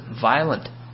violent